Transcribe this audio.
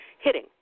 hitting